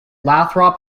lathrop